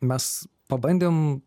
mes pabandėm